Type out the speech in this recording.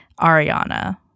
Ariana